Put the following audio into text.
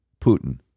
Putin